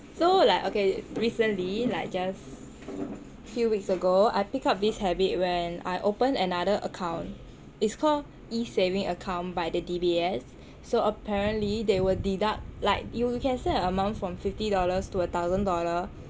so like okay recently like just few weeks ago I pick up this habit when I open another account it's called e saving account by the D_B_S so apparently they will deduct like you you can set a amount from fifty dollars to a thousand dollar